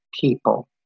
people